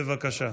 בבקשה.